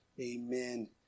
Amen